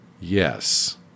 Yes